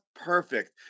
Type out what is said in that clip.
perfect